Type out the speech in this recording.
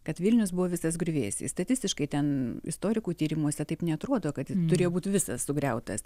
kad vilnius buvo visas griuvėsiai statistiškai ten istorikų tyrimuose taip neatrodo kad turėjo būt visas sugriautas